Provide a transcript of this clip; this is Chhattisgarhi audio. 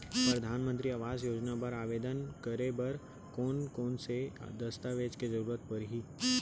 परधानमंतरी आवास योजना बर आवेदन करे बर कोन कोन से दस्तावेज के जरूरत परही?